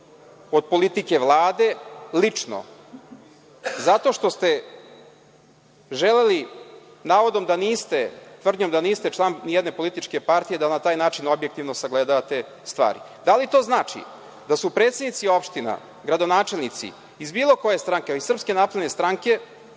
od politike Vlade, lično, zato što ste želeli, navodno tvrdnjom da niste član ni jedne političke partije, da na taj način objektivno sagledavate stvari. Da li to znači da predsednici opština, gradonačelnici iz bilo koje stranke, ali iz SNS ne sagledavaju